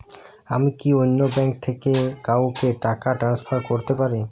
আমি কি অন্য ব্যাঙ্ক থেকে কাউকে টাকা ট্রান্সফার করতে পারি?